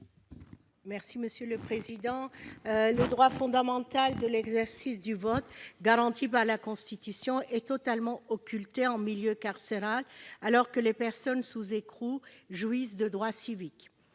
explication de vote. Le droit fondamental de l'exercice du vote, garanti par la Constitution, est totalement occulté en milieu carcéral, alors que les personnes sous écrou jouissent de droits civiques.